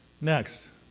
Next